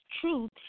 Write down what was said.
truth